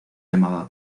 llamaba